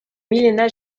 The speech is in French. milena